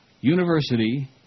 University